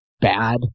bad